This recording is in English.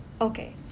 Okay